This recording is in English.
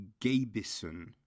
Gabison